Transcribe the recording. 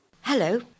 Hello